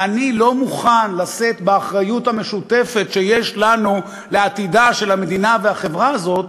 אני לא מוכן לשאת באחריות המשותפת שיש לנו לעתיד של המדינה והחברה הזאת,